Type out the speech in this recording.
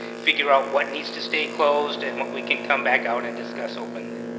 figure out what needs to stay closed, and what we can come back out and discuss openly.